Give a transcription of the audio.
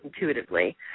intuitively